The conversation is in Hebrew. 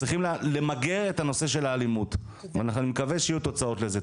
צריכים למגר את הנושא של האלימות ואני מקווה שיהיו תוצאות לזה.